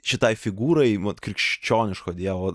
šitai figūrai vat krikščioniško dievo